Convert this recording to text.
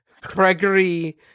Gregory